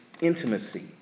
intimacy